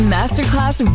Masterclass